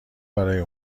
برای